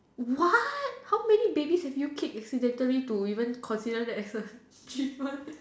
what how many babies have kicked accidentally to even consider that as achievement